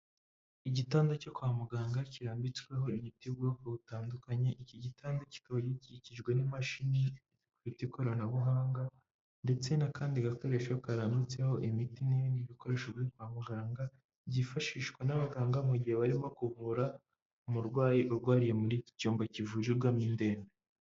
Igitanda cyo kwa muganga kirambitsweho imiti y'ubwoko butandukanye iki gitanda kikaba gikikijwe n'imashini ifite ikoranabuhanga ndetse n'akandi gakoresho karambitseho imiti n'ibindi bikoresho byo kwa muganga byifashishwa n'abaganga mu gihe barimo kuvura umurwayi urwariye muri iki cyumba kivujirwamo indembe.